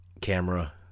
camera